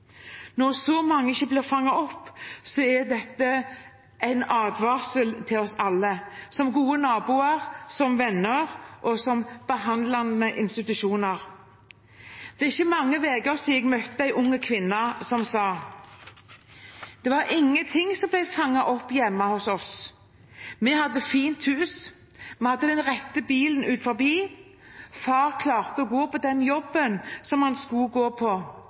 Når så mange ikke blir fanget opp, er det en advarsel til oss alle – som gode naboer, som venner og som behandlende institusjoner. Det er ikke mange uker siden jeg møtte en ung kvinne som sa: Det var ingenting som ble fanget opp hjemme hos oss. Vi hadde fint hus, vi hadde den rette bilen utenfor, far klarte å gå til den jobben som han skulle gå til. Men på